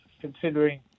considering